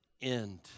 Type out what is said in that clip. end